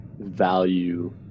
value